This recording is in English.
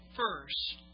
first